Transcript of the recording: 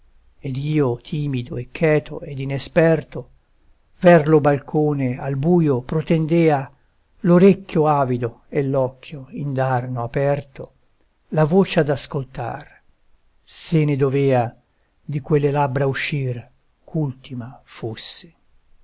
ed io timido e cheto ed inesperto ver lo balcone al buio protendea l'orecchio avido e l'occhio indarno aperto la voce ad ascoltar se ne dovea di quelle labbra uscir ch'ultima fosse